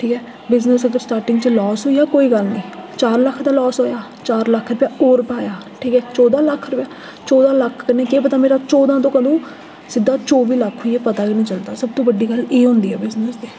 ठीक ऐ बिजनेस च अगर स्टार्टिंग च लॉस होई जा कोई गल्ल निं चार लक्ख दा लॉस होएआ चार लक्ख रपेआ होर पाया ठीक ऐ चौदां लक्ख रपेआ चौदां लक्ख रपेआ कन्नै केह् पता मेरा चौदां दा कदूं सिद्धा चौह्बी लक्ख होई जा पता गै निं चलदा सबतूं बड्डी गल्ल एह् होंदी ऐ बिजनेस दी